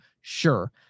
Sure